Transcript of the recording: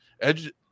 Edge